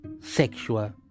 sexual